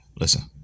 Listen